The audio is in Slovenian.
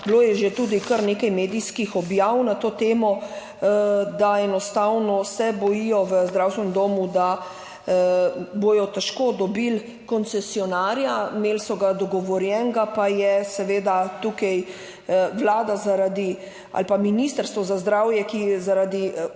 bilo je že tudi kar nekaj medijskih objav na to temo, enostavno bojijo v zdravstvenem domu, da bodo težko dobili koncesionarja. Imeli so dogovorjenega, pa se seveda tukaj Vlada ali pa Ministrstvo za zdravje, ki je zaradi